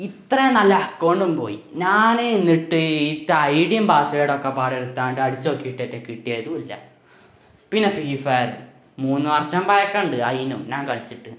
ഇത്ര നല്ല അക്കൗണ്ടും പോയി ഞാൻ എന്നിട്ട് എൻ്റെ ഐ ടിയും പാസ് വേർഡും ഒക്കെ പാടെ എടുത്തു കൊണ്ട് അടിച്ചു നോക്കിയിട്ടൊക്കെ കിട്ടിയതുമില്ല പിന്നെ ഫ്രീ ഫയർ മൂന്നു വർഷം പഴക്കമുണ്ട് അതിനും ഞാൻ കളിച്ചിട്ട്